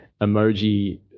Emoji